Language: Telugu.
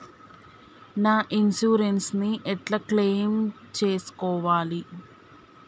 నా ఇన్సూరెన్స్ ని ఎట్ల క్లెయిమ్ చేస్కోవాలి?